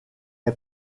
est